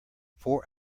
four